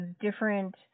different